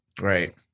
Right